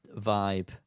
vibe